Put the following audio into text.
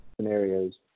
scenarios